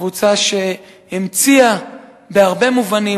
קבוצה שהמציאה בהרבה מובנים,